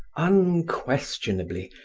unquestionably,